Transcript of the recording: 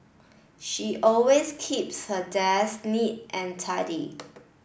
she always keeps her desk neat and tidy